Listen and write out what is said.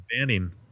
Banning